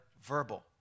verbal